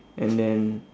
and then